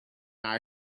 are